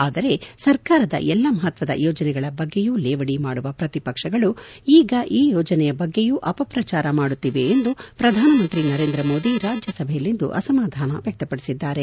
ಆದರೆ ಸರ್ಕಾರದ ಎಲ್ಲಾ ಮಹತ್ವದ ಯೋಜನೆಗಳ ಬಗ್ಗೆಯೂ ಲೇವಡಿ ಮಾಡುವ ಪ್ರತಿಪಕ್ಷಗಳು ಈಗ ಈ ಯೋಜನೆಯ ಬಗ್ಗೆಯೂ ಅಪಪ್ರಚಾರ ಮಾಡುತ್ತಿವೆ ಎಂದು ಪ್ರಧಾನಮಂತ್ರಿ ನರೇಂದ್ರ ಮೋದಿ ರಾಜ್ಯಸಭೆಯಲ್ಲಿಂದು ಅಸಮಾಧಾನ ವ್ಲಕ್ತಪಡಿಸಿದ್ದಾರೆ